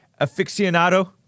aficionado